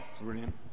Brilliant